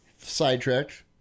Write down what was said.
sidetracked